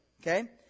Okay